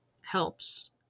helps